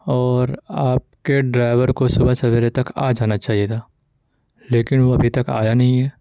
اور آپ کے ڈرائیور کو صبح سویرے تک آ جانا چاہیے تھا لیکن وہ ابھی تک آیا نہیں ہے